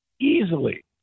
easily